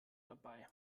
dabei